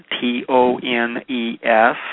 T-O-N-E-S